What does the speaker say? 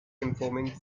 informing